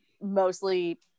mostly